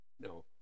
No